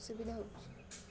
ସୁବିଧା ହଉଛି